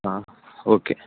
ಹಾಂ ಓಕೆ